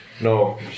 No